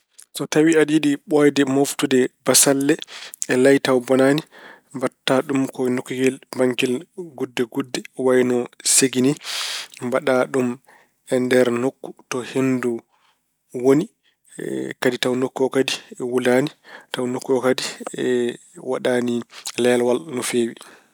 So tawi aɗa yiɗi ɓooyde mooftude bassalle layi tawa bonaani, mbaɗta ɗum ko e nokkuyel mbaɗngel gudde gudde wayno segi ni. Mbaɗa ɗum e nder nokku to henndu woni. kadi nokku o kadi wulaani, tawa nokku o kadi waɗaani leelewal no feewi.